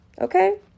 okay